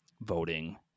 voting